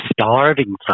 starving